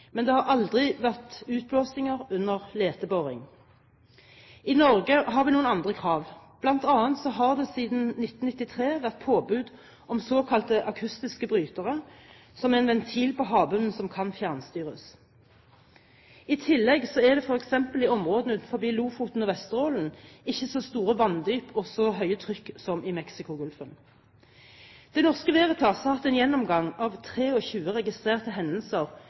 men det har aldri vært utblåsninger under leteboring. I Norge har vi noen andre krav. Blant annet har det siden 1993 vært påbud om såkalte akustiske brytere, som er en ventil på havbunnen som kan fjernstyres. I tillegg er det f.eks. i områdene utenfor Lofoten og Vesterålen ikke så store vanndyp og så høye trykk som i Mexicogolfen. Det Norske Veritas har hatt en gjennomgang av 23 registrerte hendelser